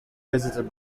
visited